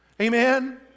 Amen